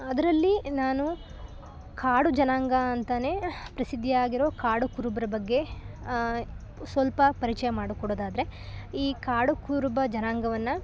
ಅದರಲ್ಲಿ ನಾನು ಕಾಡು ಜನಾಂಗ ಅಂತೆಯೇ ಪ್ರಸಿದ್ಧವಾಗಿರೋ ಕಾಡು ಕುರುಬರ ಬಗ್ಗೆ ಸ್ವಲ್ಪ ಪರಿಚಯ ಮಾಡಿಕೊಡೋದಾದ್ರೆ ಈ ಕಾಡು ಕುರುಬ ಜನಾಂಗವನ್ನು